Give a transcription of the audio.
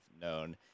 known